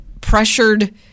pressured